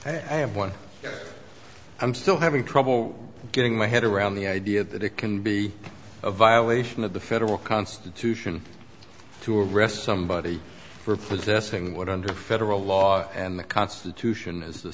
seconds i have one i'm still having trouble getting my head around the idea that it can be a violation of the federal constitution to arrest somebody for protesting what under federal law and the constitution as the